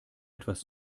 was